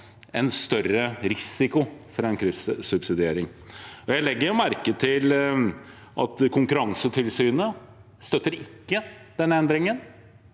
en større risiko for kryssubsidiering. Jeg legger merke til at Konkurransetilsynet ikke støtter denne endringen,